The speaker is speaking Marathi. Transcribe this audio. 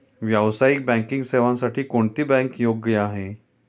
व्यावसायिक बँकिंग सेवांसाठी कोणती बँक योग्य आहे?